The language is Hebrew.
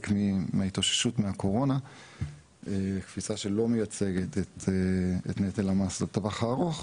מההתאוששות מהקורונה; קפיצה שלא מייצגת את נטל המס לטווח הארוך.